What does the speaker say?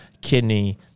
kidney